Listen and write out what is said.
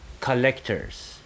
collectors